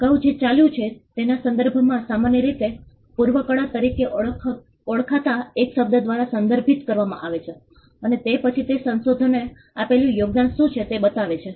અગાઉ જે ચાલ્યું છે તેના સંદર્ભમાં સામાન્ય રીતે પૂર્વ કળા તરીકે ઓળખાતા એક શબ્દ દ્વારા સંદર્ભિત કરવામાં આવે છે અને તે પછી તે સંશોધકે આપેલ યોગદાન શુ છે તે બતાવે છે